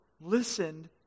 listened